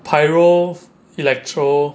pyro electro